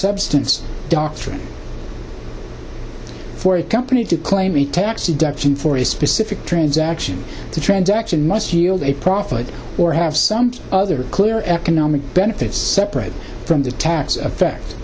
substance doctrine for a company to claim the tax deduction for a specific transaction the transaction must yield a profit or have some other clear economic benefits separate from the tax effect